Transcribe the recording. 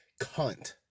cunt